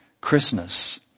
Christmas